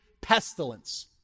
pestilence